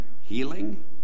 healing